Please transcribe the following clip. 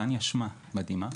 טניה שמה, מדהימה.